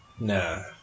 no